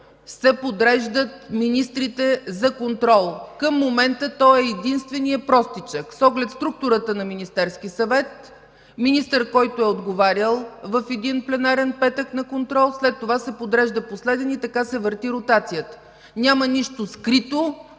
се подреждат министрите за контрол. Към момента той е единственият и простичък – с оглед структурата на Министерския съвет, министърът, който е отговарял един пленарен петък на контрол, след това се подрежда последен и така се върти ротацията. Няма нищо скрито.